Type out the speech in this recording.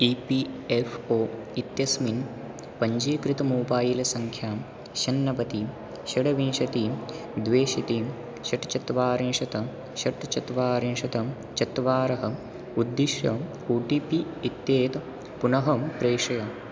E P F O इत्यस्मिन् पञ्जीकृत mobile सङ्ख्यां षन्नवतिः षड्विंशतिः द्विशतं षट् चत्वारिंशत् षट् चत्वारिंशत् चत्वारः उद्दिश्य ओ टि पि इत्येतत् पुनः प्रेषय